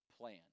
plan